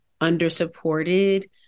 undersupported